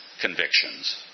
convictions